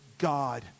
God